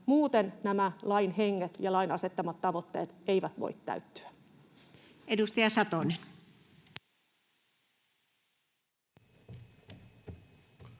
muuten nämä lain henget ja lain asettamat tavoitteet eivät voi täyttyä. [Speech